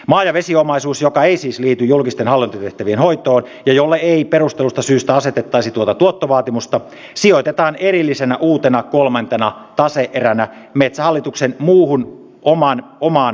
maa ja vesiomaisuus joka ei siis liity julkisten hallintotehtävien hoitoon ja jolle ei perustellusta syystä asetettaisi tuota tuottovaatimusta sijoitetaan erillisenä uutena kolmantena tase eränä metsähallituksen muuhun omaan pääomaan